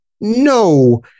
no